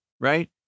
right